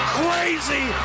crazy